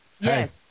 Yes